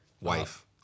wife